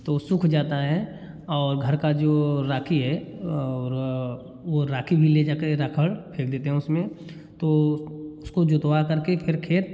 तो सूख जाता है और घर का जो राखी है और वह राखी भी ले जाकर राखर फेंक देते हैं उसमें तो उसको जोतवा करके खेत